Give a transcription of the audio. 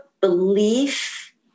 belief